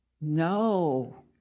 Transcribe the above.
No